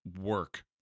work